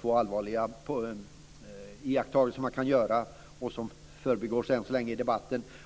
två allvarliga iakttagelser som man kan göra och som än så länge förbigåtts i debatten.